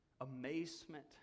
Amazement